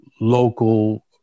local